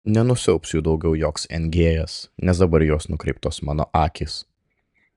nenusiaubs jų daugiau joks engėjas nes dabar į juos nukreiptos mano akys